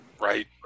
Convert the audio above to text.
Right